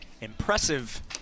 impressive